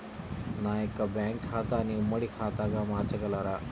నా యొక్క బ్యాంకు ఖాతాని ఉమ్మడి ఖాతాగా మార్చగలరా?